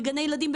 בגני ילדים,